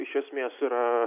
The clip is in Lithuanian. iš esmės yra